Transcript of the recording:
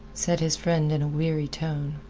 said his friend in a weary tone.